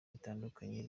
bitandukanye